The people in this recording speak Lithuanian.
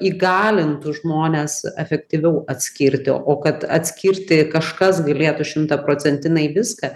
įgalintų žmones efektyviau atskirti o kad atskirti kažkas galėtų šimtaprocentinai viską